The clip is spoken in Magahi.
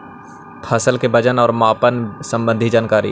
फसल के वजन और मापन संबंधी जनकारी?